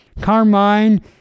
Carmine